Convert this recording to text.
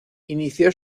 inicio